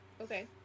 Okay